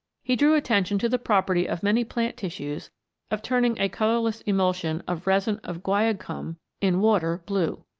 he drew attention to the property of many plant tissues of turning a colourless emul sion of resin of guaiacum in water blue.